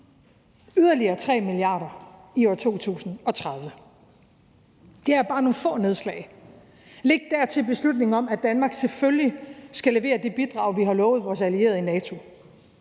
yderligere 3 mia. kr. i år 2030. Det er bare nogle få nedslag. Læg dertil beslutningen om, at Danmark selvfølgelig skal levere det bidrag, vi har lovet vores allierede i NATO.